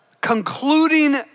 concluding